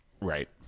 Right